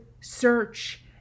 search